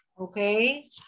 Okay